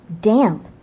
damp